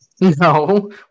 No